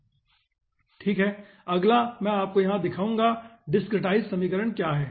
ठीक है अगला मैं आपको यहां दिखाऊंगा कि डिसक्रीटाईजड़ समीकरण क्या है